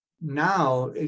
Now